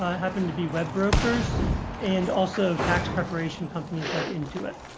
ah happened to be web brokers and also tax preparation companies like into it.